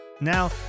Now